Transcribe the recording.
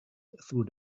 through